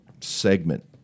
segment